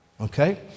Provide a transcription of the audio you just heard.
okay